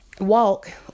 walk